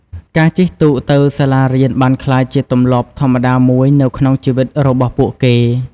ការជិះទូកទៅសាលារៀនបានក្លាយជាទម្លាប់ធម្មតាមួយនៅក្នុងជីវិតរបស់ពួកគេ។